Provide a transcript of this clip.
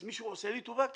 אז מישהו עושה לי טובה כאן?